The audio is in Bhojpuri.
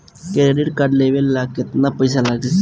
क्रेडिट कार्ड लेवे ला केतना पइसा लागी?